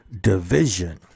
division